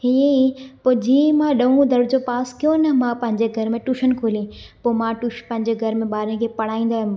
हीअं ई पोइ मां जीअं ई ॾह दर्ज़ो पास कयो न मां पंहिंजे घर में टूशन खोली पोइ मां टूश पंहिंजे घर में ॿारनि खे पढ़ाईंदी हुयमि